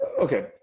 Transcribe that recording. Okay